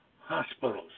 hospitals